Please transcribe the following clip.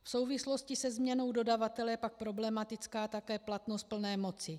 V souvislosti se změnou dodavatele je pak problematická také platnost plné moci.